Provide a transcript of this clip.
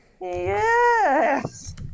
yes